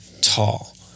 tall